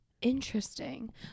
Interesting